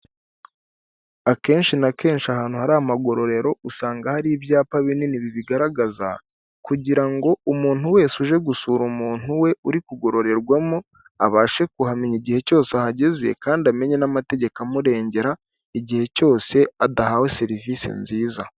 Akenshi na kenshi ahantu hari amagororero usanga hari ibyapa binini bibigaragaza , kugira ngo umuntu wese uje gusura umuntu we uri kugororerwamo abashe kuhamenya igihe cyose ahageze, kandi amenye n'amategeko amurengera igihe cyose adahawe serivisi nziza.